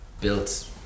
built